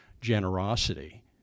generosity